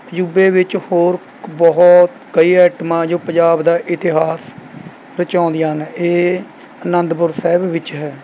ਅਜੂਬੇ ਵਿੱਚ ਹੋਰ ਬਹੁਤ ਕਈ ਆਈਟਮਾਂ ਐ ਜੋ ਪੰਜਾਬ ਦਾ ਇਤਿਹਾਸ ਪੁਚੋਂਦੀਆਂ ਹਨ ਇਹ ਆਨੰਦਪੁਰ ਸਾਹਿਬ ਵਿੱਚ ਹੈ